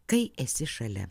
kai esi šalia